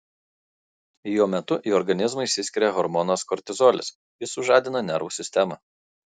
jo metu į organizmą išsiskiria hormonas kortizolis jis sužadina nervų sistemą